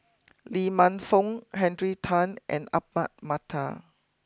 Lee Man Fong Henry Tan and Ahmad Mattar